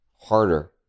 harder